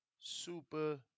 super